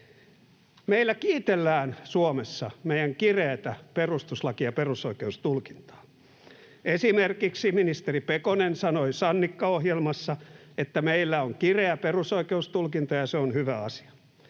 kiitellään meidän kireätä perustuslaki- ja perusoikeustulkintaamme. Esimerkiksi ministeri Pekonen sanoi Sannikka-ohjelmassa, että meillä on kireä perusoikeustulkinta ja se on hyvä asia.